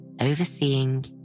overseeing